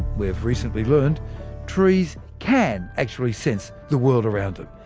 we've recently learned trees can actually sense the world around them,